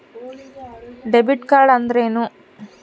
Debit card ಅಂದ್ರೇನು?